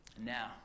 Now